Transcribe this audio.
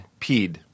Peed